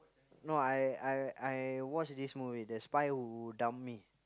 no I I I watch this movie the spy who dumped me